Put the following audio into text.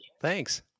thanks